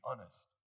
honest